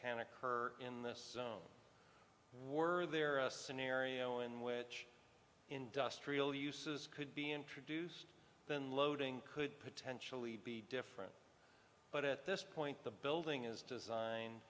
can occur in this were there a scenario in which industrial uses could be introduced then loading could potentially be different but at this point the building is designed